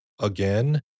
again